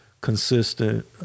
consistent